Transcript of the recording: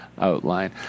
outline